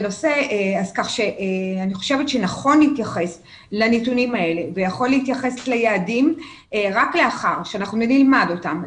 אני חושבת שנכון להתייחס לנתונים האלה וליעדים רק לאחר שנלמד אותם.,